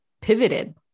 pivoted